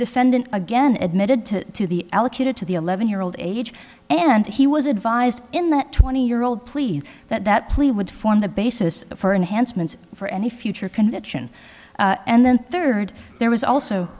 defendant again admitted to to the allocated to the eleven year old age and he was advised in that twenty year old please that that plea would form the basis for enhanced meant for any future conviction and then third there was also